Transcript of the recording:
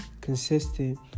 consistent